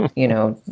you know,